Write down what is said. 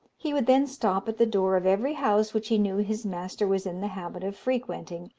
he would then stop at the door of every house which he knew his master was in the habit of frequenting,